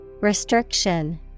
Restriction